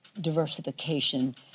diversification